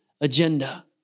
agenda